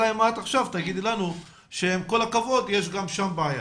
אלא אם את עכשיו תגידי לנו שעם כל הכבוד יש גם שם בעיה.